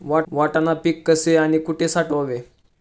वाटाणा पीक कसे आणि कुठे साठवावे?